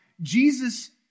Jesus